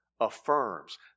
affirms